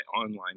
online